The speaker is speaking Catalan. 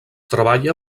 treballa